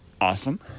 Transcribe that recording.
awesome